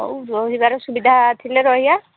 ହଉ ରହିବାର ସୁବିଧା ଥିଲେ ରହିବା